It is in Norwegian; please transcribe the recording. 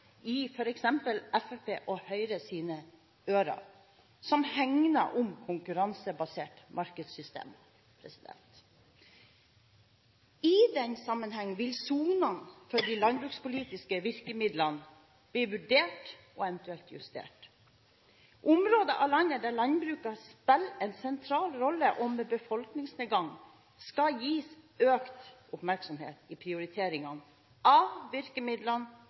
i f.eks. ørene til Fremskrittspartiet og Høyre, som hegner om konkurransebaserte markedssystemer. – I den sammenheng vil sonene for de landbrukspolitiske virkemidlene bli vurdert og eventuelt justert. Områder av landet der landbruket spiller en sentral rolle, og som har befolkningsnedgang, skal gis økt oppmerksomhet i prioriteringene av virkemidlene